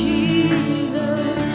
Jesus